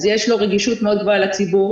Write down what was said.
אז יש לו רגישות מאוד גבוהה לציבור,